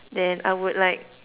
then I would like